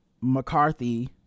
McCarthy